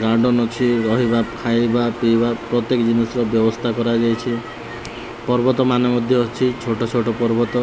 garden ଅଛି ରହିବା ଖାଇବା ପିଇବା ପ୍ରତ୍ୟେକ ଜିନିଷର ବ୍ୟବସ୍ଥା କରାଯାଇଛି ପର୍ବତ ମାନ ମଧ୍ୟ ଅଛି ଛୋଟ ଛୋଟ ପର୍ବତ